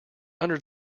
under